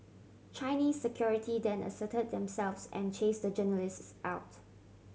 Chinese security then assert themselves and chase the journalists out